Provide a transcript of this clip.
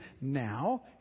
now